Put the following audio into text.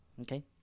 Okay